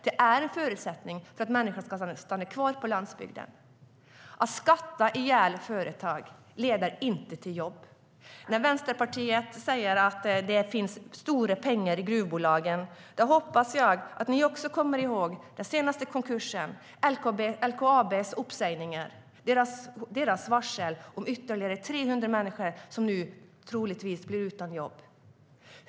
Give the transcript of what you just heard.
Det är en förutsättning för att människor ska stanna kvar på landsbygden. Att skatta ihjäl företag leder inte till jobb. När Vänsterpartiet säger att det finns stora pengar i gruvbolagen hoppas jag att ni också kommer ihåg den senaste konkursen, LKAB:s uppsägningar och deras varsel av ytterligare 300 människor, som nu troligtvis blir utan jobb.